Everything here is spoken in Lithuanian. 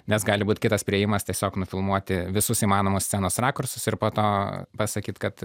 nes gali būt kitas priėjimas tiesiog nufilmuoti visus įmanomus scenos rakursus ir po to pasakyt kad